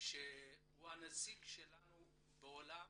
שהוא הנציג שלנו בעולם